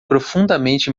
profundamente